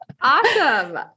awesome